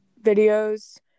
videos